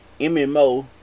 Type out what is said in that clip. MMO